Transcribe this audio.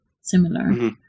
similar